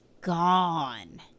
gone